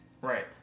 right